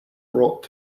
brought